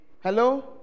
Hello